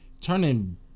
turning